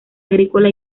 agrícola